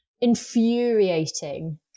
infuriating